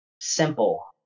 simple